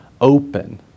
open